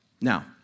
Now